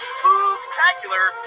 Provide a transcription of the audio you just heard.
Spooktacular